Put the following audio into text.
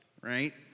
right